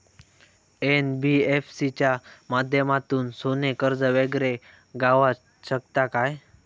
NBFC च्या माध्यमातून सोने कर्ज वगैरे गावात शकता काय?